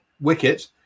wicket